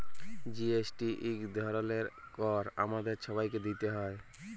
GST ইক ধরলের কর আমাদের ছবাইকে দিইতে হ্যয়